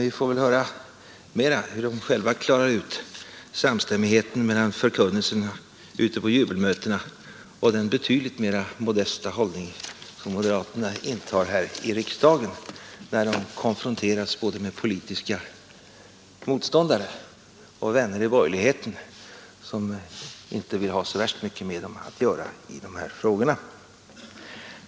Vi får väl höra hur de själva skall klara ut samstämmigheten mellan förkunnelsen ute på jubelmötena och den betydligt mer modesta hållning som moderaterna intar här i kammaren, när de konfronteras både med politiska motståndare och med vänner i borgerligheten som inte vill ha så värst mycket med dem att göra i dessa frågor.